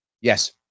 yes